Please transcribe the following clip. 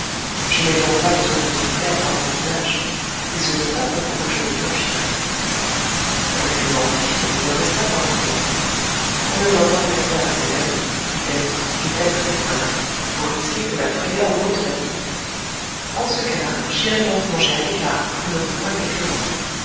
je n'ai donc pas besoin de vous plaire par mon visage et ce n'est pas pour vous que je le blanchirai elle fut mortifiée mais ne resta point court on ne doit point faire peur à ses amis dit-elle et tel que vous voilà vous risquez que la frayeur m'ôte l'appétit en ce cas-là j'irai donc manger à l'écart pour ne vous point